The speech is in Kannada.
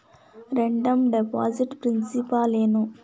ರೆಡೇಮ್ ಡೆಪಾಸಿಟ್ ಪ್ರಿನ್ಸಿಪಾಲ ಏನು